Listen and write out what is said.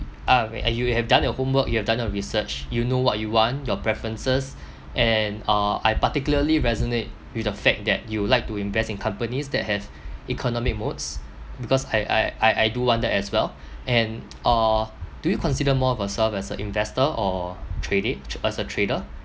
uh where uh you have done your homework you have done your research you know what you want your preferences and uh I particularly resonate with the fact that you would like to invest in companies that have economic moats because I I I I do want that as well and uh do you consider more of yourself as a investor or trader as a trader